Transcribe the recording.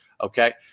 Okay